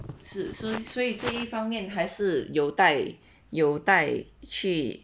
是所以所以这一方面还是有带有带去